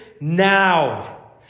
now